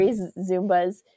zumbas